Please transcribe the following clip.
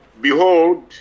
Behold